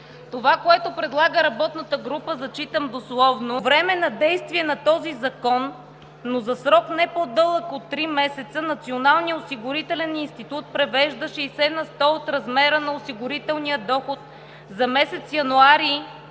Това, което предлага работната група, зачитам дословно, звучи: „По време на действие на този закон, но за срок не по-дълъг от три месеца, Националният осигурителен институт превежда 60% от размера на осигурителния доход за месец януари